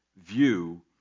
view